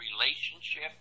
relationship